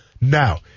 Now